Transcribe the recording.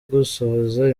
gusohoza